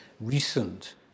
recent